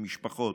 למשפחות,